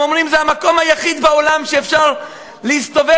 הם אומרים: זה המקום היחיד בעולם שאפשר להסתובב